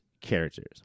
characters